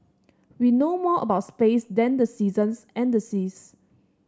we know more about space than the seasons and the seas